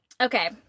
Okay